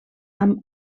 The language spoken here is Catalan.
amb